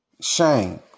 shame